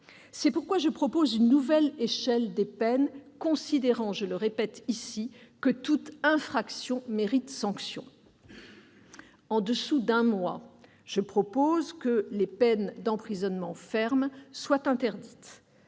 C'est pourquoi je propose une nouvelle échelle des peines, considérant que toute infraction mérite sanction : en dessous d'un mois, je propose que les peines d'emprisonnement ferme soient interdites